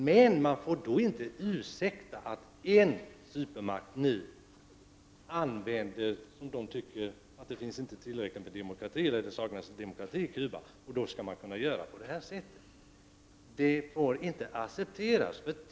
Men man får då inte ursäkta att en supermakt som förevändning för denna verksamhet tar det faktum att det saknas demokrati i Cuba. Detta får inte accepteras.